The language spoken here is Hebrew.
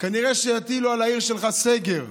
כנראה שיטילו על העיר שלך סגר.